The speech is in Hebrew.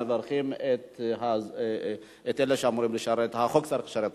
מברכים את אלה שהחוק אמור לשרת אותם.